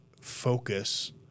focus